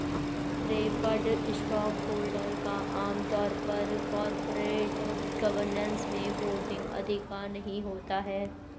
preferred stockholder का आम तौर पर कॉरपोरेट गवर्नेंस में वोटिंग अधिकार नहीं होता है